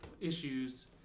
Issues